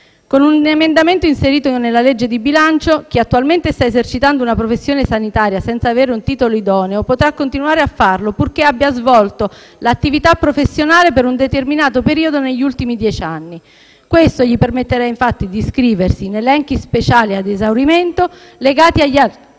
Con un emendamento inserito nel disegno di legge di bilancio, chi attualmente sta esercitando una professione sanitaria senza avere un titolo idoneo potrà continuare a farlo purché abbia svolto l'attività professionale per un determinato periodo negli ultimi dieci anni. Questo gli permetterà, infatti, di iscriversi in elenchi speciali ad esaurimento legati agli albi